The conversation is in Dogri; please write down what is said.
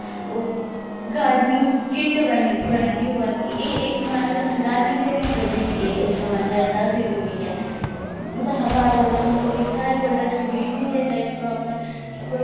मतलब जेह्ड़े बच्चे जेह्ड़े मतलब बच्चें योगा स्टार्ट करनी चाहिदी अपनी नौ साल कोला साल मतलब जेह्ड़ी स्हेई ऐज होंदी जेह्ड़ी कन्नै उं'दी अज्जें नाजुक होंदी योगा मतलब पूरी योगा जेह्ड़ी प्रफैक्ट योगा करी सकदे ओ जेह्ड़े अज्जकल दे बुड्ढे होंदे ओह्